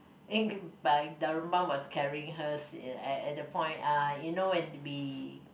Darunpan was carrying hers at at the point ah you know when we